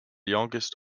youngest